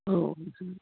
ஆ ஓகேங்க சார்